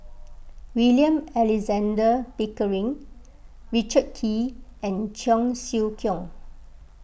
William Alexander Pickering Richard Kee and Cheong Siew Keong